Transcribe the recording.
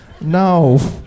No